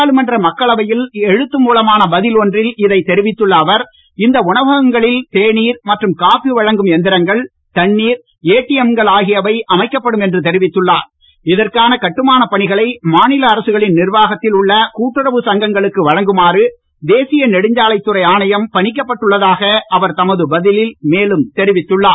நாடாளுமன்ற மக்களவையில் எழுத்து மூலமான பதில் ஒன்றில் இதை தெரிவித்துள்ள அவர் இந்த உணவகங்களில் தேனீர் மற்றும் காபி வழங்கும் எந்திரங்கள் தண்ணீர் ஏடிஎம்கள் இதற்கான கட்டுமானப் பணிகளை மாநில அரசுகளின் நிர்வாகத்தில் உள்ள கூட்டுறவுச் சங்கங்களுக்கு வழங்குமாறு தேசிய நெடுஞ்சாலைத் துறை ஆணையம் பணிக்கப்பட்டு உள்ளதாக அவர் தமது பதிலில் மேலும் தெரிவித்துள்ளார்